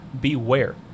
Beware